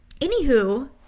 anywho